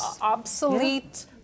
obsolete